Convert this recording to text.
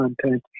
content